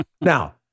Now